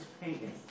painting